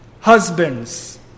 Husbands